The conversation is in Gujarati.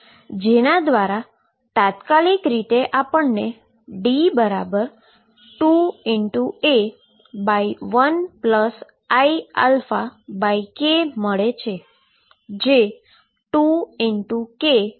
જેના દ્વારા તાત્કાલીક રીતે આપણને D2A1iαk મળે છે